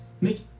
Make